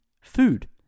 food